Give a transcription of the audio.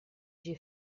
j’ai